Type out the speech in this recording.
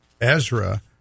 Ezra